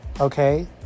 okay